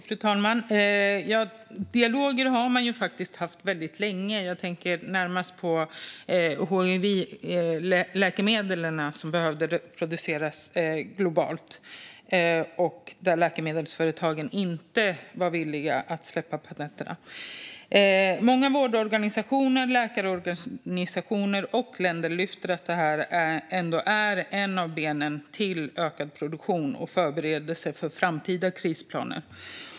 Fru talman! Dialoger har man haft väldigt länge. Jag tänker närmast på hiv-läkemedlen som behövde produceras globalt. Där var läkemedelsföretagen inte villiga att släppa patenten. Många vårdorganisationer, läkarorganisationer och länder lyfter fram att detta ändå är ett av benen till en ökad produktion och förberedelse för framtida krisplaner.